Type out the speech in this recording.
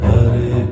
Hare